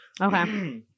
Okay